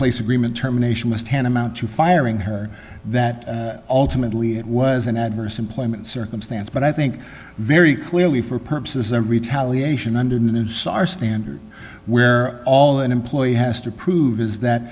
place agreement terminations must hand amount to firing her that ultimately it was an adverse employment circumstance but i think very clearly for purposes of retaliation under the new sar standard where all an employee has to prove is that